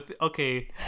Okay